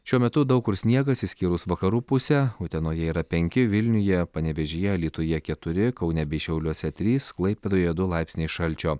šiuo metu daug kur sniegas išskyrus vakarų pusę utenoje yra penki vilniuje panevėžyje alytuje keturi kaune bei šiauliuose trys klaipėdoje du laipsniai šalčio